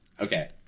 Okay